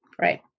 Right